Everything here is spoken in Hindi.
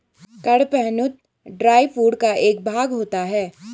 कड़पहनुत ड्राई फूड का एक भाग होता है